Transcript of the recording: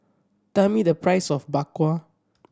tell me the price of Bak Kwa